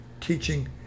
teaching